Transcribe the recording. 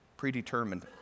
predetermined